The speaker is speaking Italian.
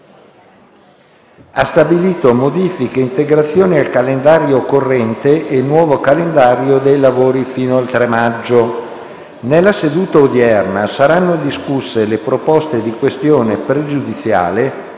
ha stabilito modifiche e integrazioni al calendario corrente e il nuovo calendario dei lavori fino al 3 maggio. Nella seduta odierna saranno discusse le proposte di questione pregiudiziale